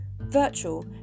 Virtual